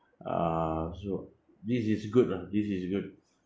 uh so this is good lah this is good